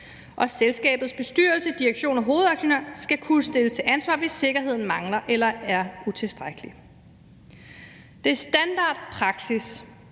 Selskabets bestyrelse, direktion og hovedaktionærer skal kunne stilles til ansvar, hvis sikkerheden mangler eller er utilstrækkelig. Det er standardpraksis.